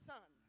Son